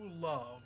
love